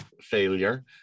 failure